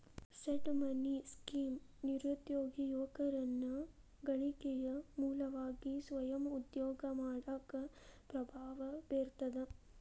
seed money scheme ನಿರುದ್ಯೋಗಿ ಯುವಕರನ್ನ ಗಳಿಕೆಯ ಮೂಲವಾಗಿ ಸ್ವಯಂ ಉದ್ಯೋಗ ಮಾಡಾಕ ಪ್ರಭಾವ ಬೇರ್ತದ